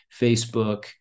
Facebook